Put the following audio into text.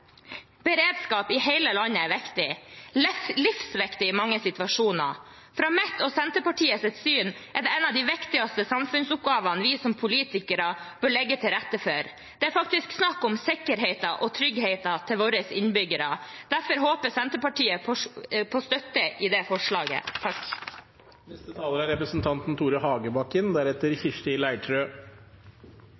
Beredskap i hele landet er viktig – livsviktig i mange situasjoner. Mitt og Senterpartiets syn er at dette er en av de viktigste samfunnsoppgavene vi som politikere bør legge til rette for. Det er faktisk snakk om sikkerheten og tryggheten til våre innbyggere. Derfor håper Senterpartiet på støtte for det forslaget. Jeg hørte representanten